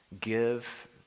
give